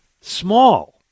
small